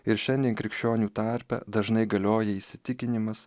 ir šiandien krikščionių tarpe dažnai galioja įsitikinimas